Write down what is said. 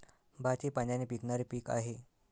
भात हे पाण्याने पिकणारे पीक आहे